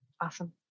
awesome